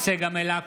צגה מלקו,